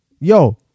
yo